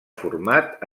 format